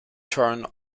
turn